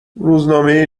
روزنامه